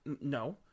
no